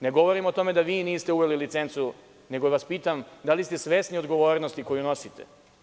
Ne govorim o tome da vi niste uveli licencu, nego vas pitam da li ste svesni odgovornosti koju nosite?